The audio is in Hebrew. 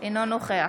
אינו נוכח